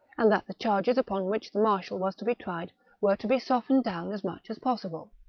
and that the charges upon which the marshal was to be tried were to be softened down as much as possible.